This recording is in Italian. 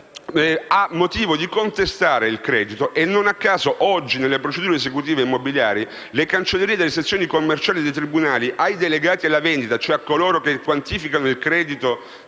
ha motivo di contestare il credito. Non a caso oggi, nelle procedure esecutive immobiliari, nelle cancellerie delle sezioni commerciali dei tribunali, ai delegati alla vendita, cioè a coloro che quantificano il credito